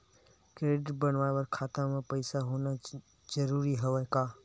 Credit बनवाय बर खाता म पईसा होना जरूरी हवय का?